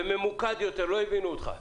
וממוקד יותר, לא הבינו אותך.